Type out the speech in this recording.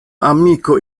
amiko